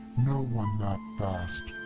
no one that fast.